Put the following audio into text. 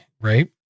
right